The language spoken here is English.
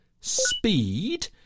speed